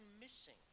missing